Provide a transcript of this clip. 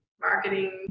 marketing